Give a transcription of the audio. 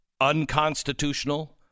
unconstitutional